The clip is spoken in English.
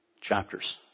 chapters